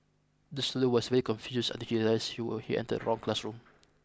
the student was very confused he were he entered wrong classroom